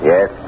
Yes